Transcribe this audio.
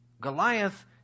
Goliath